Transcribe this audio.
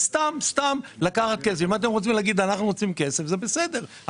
אני סמנכ"ל הכספים בנירלט צבעים,